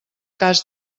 cas